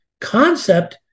concept